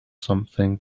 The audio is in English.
something